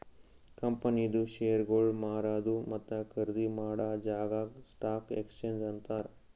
ಕಂಪನಿದು ಶೇರ್ಗೊಳ್ ಮಾರದು ಮತ್ತ ಖರ್ದಿ ಮಾಡಾ ಜಾಗಾಕ್ ಸ್ಟಾಕ್ ಎಕ್ಸ್ಚೇಂಜ್ ಅಂತಾರ್